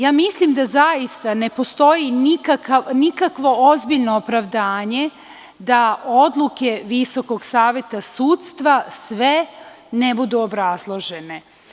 Ja mislim da zaista ne postoji nikakvo ozbiljno opravdanje da odluke VSS sve ne budu obrazložene.